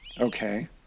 Okay